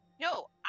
no